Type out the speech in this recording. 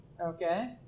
Okay